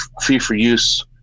fee-for-use